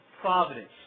providence